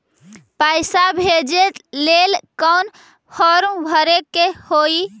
पैसा भेजे लेल कौन फार्म भरे के होई?